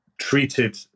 treated